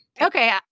Okay